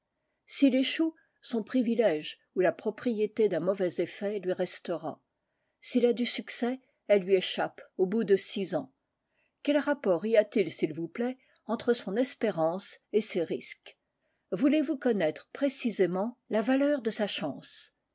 s'il échoue son privilège ou la propriété d'un mauvais effet lui restera s'il a du succès elle lui échappe au bout de six ans quel rapport y a-t-il s'il vous plaît entre son espérance et ses risques voulez-vous connaître précisément la valeur de sa chance